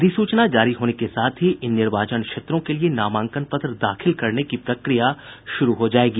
अधिसूचना जारी होने के साथ ही इन निर्वाचन क्षेत्रों के लिए नामांकन पत्र दाखिल करने की प्रक्रिया शुरू हो जाएगी